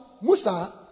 Musa